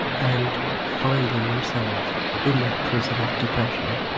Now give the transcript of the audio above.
and finding themselves in that prison of depression.